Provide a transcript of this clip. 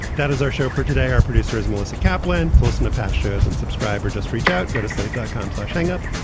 that is our show for today our producers melissa kaplan listen to fascism subscribe or just reach out get a dot com hang up.